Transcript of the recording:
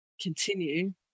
continue